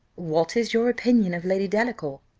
what is your opinion of lady delacour?